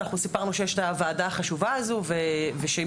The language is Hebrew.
אנחנו סיפרנו שיש את הוועדה החשובה הזו ושמתקיים